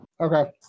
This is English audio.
Okay